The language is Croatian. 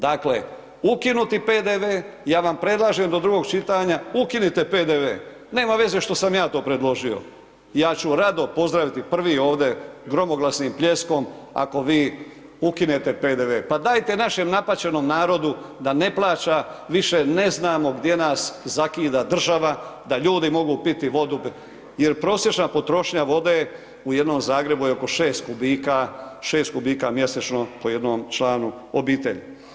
Dakle, ukinuti PDV, ja vam predlažem do drugog čitanja ukinite PDV, nema veze što sam ja to predložio, ja ću rado pozdraviti prvi ovdje gromoglasnim pljeskom ako vi ukinite PDV, pa dajte našem napaćenom narodu da ne plaća, više ne znamo gdje nas zakida država, da ljudi mogu piti vodu jer prosječna potrošnja vode u jednom Zagrebu je oko 6m3 mjesečno po jednom članu obitelji.